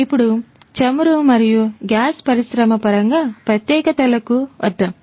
ఇప్పుడు చమురు మరియు గ్యాస్ పరిశ్రమ పరంగా ప్రత్యేకతలకు వద్దాం